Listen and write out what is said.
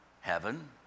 heaven